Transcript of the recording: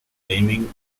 claiming